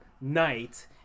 night